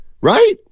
Right